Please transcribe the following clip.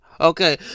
Okay